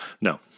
No